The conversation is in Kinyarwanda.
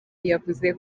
yavuze